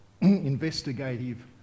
investigative